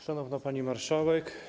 Szanowna Pani Marszałek!